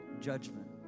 judgment